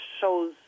shows